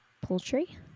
poultry